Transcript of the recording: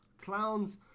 clowns